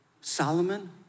Solomon